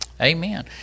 Amen